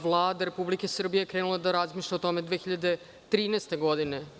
Vlada Republike Srbije krenula je da razmišlja o tome 2013. godine.